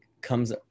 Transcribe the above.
comes